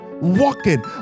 walking